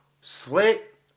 slick